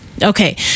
Okay